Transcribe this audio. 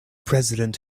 president